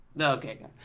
okay